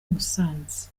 musanze